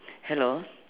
hello